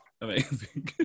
amazing